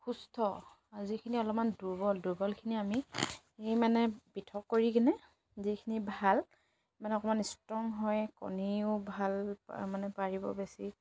সুস্থ যিখিনি অলপমান দুৰ্বল দুৰ্বলখিনি আমি সেই মানে পৃথক কৰি কিনে যিখিনি ভাল মানে অকণমান ষ্ট্ৰং হয় কণীও ভাল মানে পাৰিব বেছি